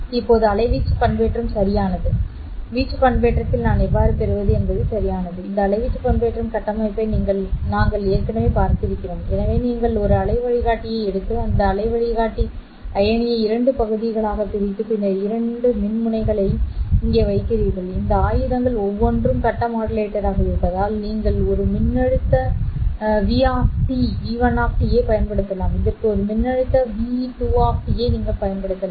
இப்போது அலைவீச்சு பண்பேற்றம் சரியானது வீச்சு பண்பேற்றத்தில் நான் எவ்வாறு பெறுவது என்பது சரியானது இந்த அலைவீச்சு பண்பேற்றம் கட்டமைப்பை நாங்கள் ஏற்கனவே பார்த்திருக்கிறோம் எனவே நீங்கள் ஒரு அலை வழிகாட்டியை எடுத்து இந்த அலை வழிகாட்டி அயனியை இரண்டு பகுதிகளாகப் பிரித்து பின்னர் 2 மின்முனைகளை இங்கே வைக்கிறீர்கள் இந்த ஆயுதங்கள் ஒவ்வொன்றும் கட்ட மாடுலேட்டராக இருப்பதால் நீங்கள் ஒரு மின்னழுத்த வி 1 டி ஐப் பயன்படுத்தலாம் இதற்கு ஒரு மின்னழுத்த வி 2 டி ஐ நீங்கள் பயன்படுத்தலாம்